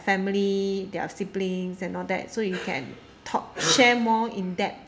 family their siblings and all that so you can talk share more in depth